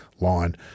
line